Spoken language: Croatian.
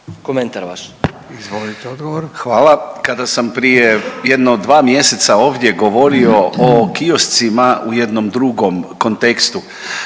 **Dretar, Davor (DP)** Hvala. Kada sam prije jedno dva mjeseca ovdje govorio o kioscima u jednom drugom kontekstu